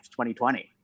2020